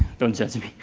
don't judge me.